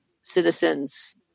citizens